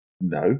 no